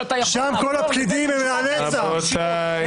רבותיי.